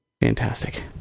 Fantastic